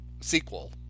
sequel